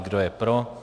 Kdo je pro.